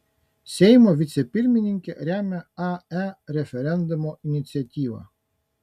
seimo vicepirmininkė remia ae referendumo iniciatyvą